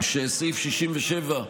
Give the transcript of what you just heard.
שסעיף 67,